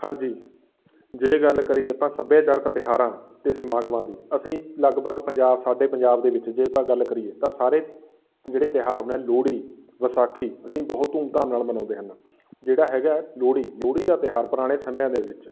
ਹਾਂਜੀ ਜੇ ਗੱਲ ਕਰੀਏ ਆਪਾਂ ਸੱਭਿਆਚਾਰਕ ਤਿਉਹਾਰਾਂ ਅਤੇ ਸਮਾਗਮਾਂ ਦੀ ਅਸੀਂ ਲਗਭਗ ਪੰਜਾਬ ਸਾਡੇ ਪੰਜਾਬ ਦੇ ਵਿੱਚ ਜੇ ਆਪਾਂ ਗੱਲ ਕਰੀਏ ਤਾਂ ਸਾਰੇ ਜਿਹੜੇ ਤਿਉਹਾਰ ਨੇ ਲੋਹੜੀ ਵਿਸਾਖੀ ਅਸੀਂ ਬਹੁਤ ਧੂਮ ਧਾਮ ਨਾਲ ਮਨਾਉਂਦੇ ਹਨ ਜਿਹੜਾ ਹੈਗਾ ਲੋਹੜੀ ਲੋਹੜੀ ਦਾ ਤਿਉਹਾਰ ਪੁਰਾਣੇ ਸਮਿਆਂ ਦੇ ਵਿੱਚ